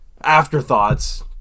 afterthoughts